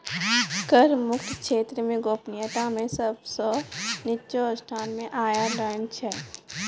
कर मुक्त क्षेत्र मे गोपनीयता मे सब सं निच्चो स्थान मे आयरलैंड छै